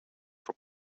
for